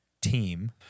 team